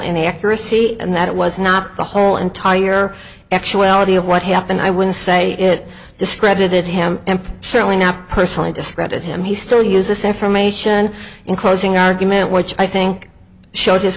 inaccuracy and that it was not the whole entire actuality of what happened i will say it discredited him and certainly not personally discredit him he still use this information in closing argument which i think shows his